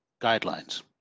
guidelines